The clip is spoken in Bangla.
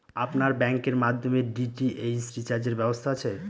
আপনার ব্যাংকের মাধ্যমে ডি.টি.এইচ রিচার্জের ব্যবস্থা আছে?